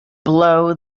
blow